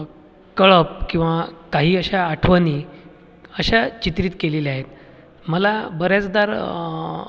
कळप किंवा काही अशा आठवणी अशा चित्रित केलेल्या आहेत मला बऱ्याचदा